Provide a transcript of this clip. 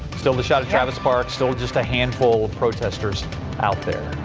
still the shot of travis park still just a handful of protesters out there.